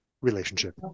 relationship